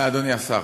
אדוני השר,